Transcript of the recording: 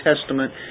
Testament